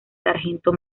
sargento